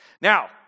Now